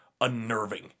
unnerving